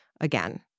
Again